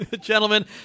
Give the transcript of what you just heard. Gentlemen